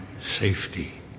safety